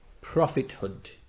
prophethood